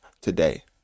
today